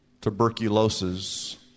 tuberculosis